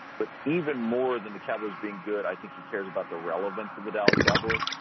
but even more than the cowboys being good, i think he cares about the relevance of the dallas cowboys.